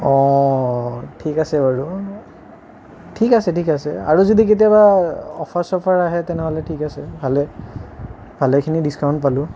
অঁ ঠিক আছে বাৰু ঠিক আছে ঠিক আছে আৰু যদি কেতিয়াবা অফাৰ চফাৰ আহে তেনেহ'লে ঠিক আছে ভালে ভালেখিনি ডিস্কাউণ্ট পালোঁ